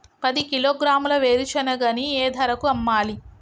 పది కిలోగ్రాముల వేరుశనగని ఏ ధరకు అమ్మాలి?